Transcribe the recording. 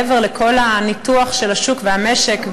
מעבר לכל הניתוח של השוק והמשק,